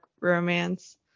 romance